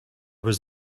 was